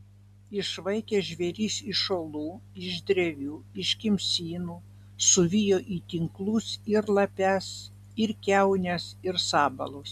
išvaikė žvėris iš olų iš drevių iš kimsynų suvijo į tinklus ir lapes ir kiaunes ir sabalus